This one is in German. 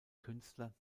künstler